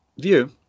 view